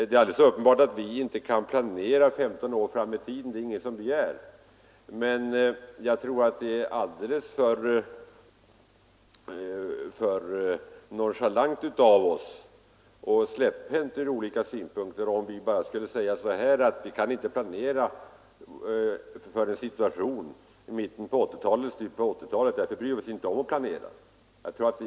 Det är alldeles uppenbart att vi inte kan detaljplanera 15 år framåt i tiden. Det är ingen som begär det. Men jag tror det är alldeles för lättsinnigt och släpphänt ur alla synpunkter om vi bara säger att vi kan inte detaljplanera för en situation i slutet på 1980-talet; därför bryr vi oss inte om att planera alls.